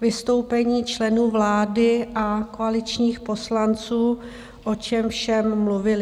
vystoupení členů vlády a koaličních poslanců, o čem všem mluvili.